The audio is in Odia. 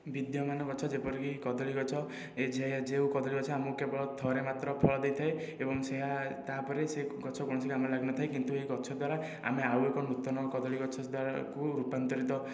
ବିଦ୍ୟମାନ ଗଛ ଯେପରିକି କଦଳୀ ଗଛ ଏ ଯେହେ ଏଯେହୁ କଦଳୀ ଗଛ ଆମକୁ କେବଳ ଥରେ ମାତ୍ର ଫଳ ଦେଇଥାଏ ଏବଂ ସେହା ତାପରେ ସେ ଗଛ କୌଣସି କାମରେ ଲାଗିନଥାଏ କିନ୍ତୁ ଏହି ଗଛ ଦ୍ୱାରା ଆମେ ଆଉ ଏକ ନୂତନ କଦଳୀ ଗଛ ଦ୍ୱାରାକୁ ରୂପାନ୍ତରିତ